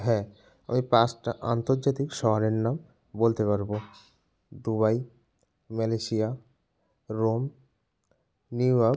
হ্যাঁ আমি পাঁচটা আন্তর্জাতিক শহরের নাম বলতে পারবো দুবাই মালয়েশিয়া রোম নিউইয়র্ক